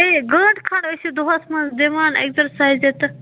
تۄہے گھنٹہٕ کھنٛڈ ٲسِو دۄہس منٛز دِوان ایٚکزرسایِزِ تہٕ